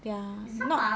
they're not